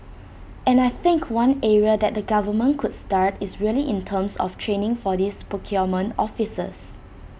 and I think one area that the government could start is really in terms of training for these procurement officers